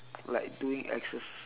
like doing exercise